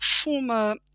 former